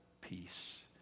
peace